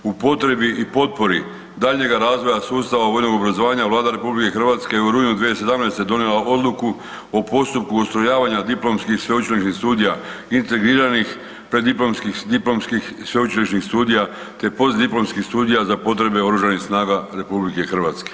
U potrebi i potpori daljnjega razvoja sustava vojnog obrazovanja Vlada RH u rujnu 2017.donijela odluku o postupku ustrojavanja diplomskih sveučilišnih studija integriranih preddiplomskih, diplomskih sveučilišnih studija te postdiplomskih studija za potrebe Oružanih snaga RH.